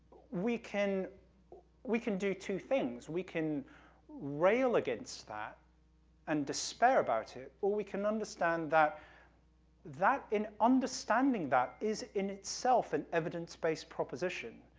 we can we can do two things, we can rail against that and despair about it, or we can understand that that and understanding that is, in itself, an evidence-based proposition.